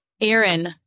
aaron